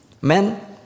Men